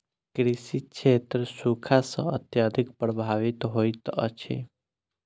कृषि क्षेत्र सूखा सॅ अत्यधिक प्रभावित होइत अछि